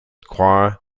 choir